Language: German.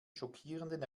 schockierenden